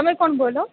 બોલો